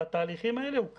בתהליכים האלה הוא קריטי.